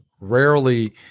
rarely